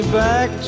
back